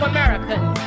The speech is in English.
Americans